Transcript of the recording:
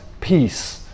peace